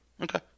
Okay